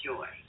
Joy